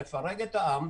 נפרק את העם,